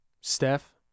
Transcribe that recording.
Steph